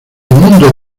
mundo